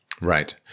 Right